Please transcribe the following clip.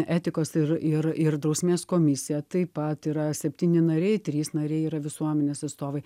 etikos ir ir ir drausmės komisija taip pat yra septyni nariai trys nariai yra visuomenės atstovai